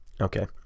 Okay